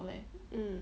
um